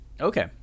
Okay